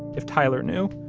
if tyler knew.